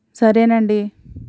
సరే అండి